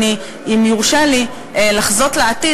אם יורשה לי לחזות את העתיד,